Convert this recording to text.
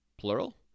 plural